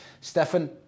Stefan